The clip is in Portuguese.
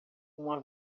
uma